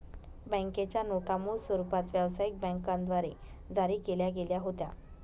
बँकेच्या नोटा मूळ स्वरूपात व्यवसायिक बँकांद्वारे जारी केल्या गेल्या होत्या